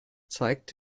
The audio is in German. zeigt